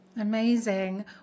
Amazing